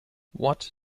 what